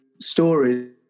stories